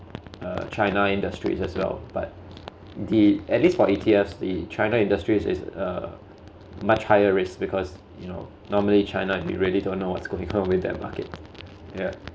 uh china industries as well but did at least for E_T_Fs the china industry is uh much higher risk because you know normally china we really don't know what's going on with their market yeah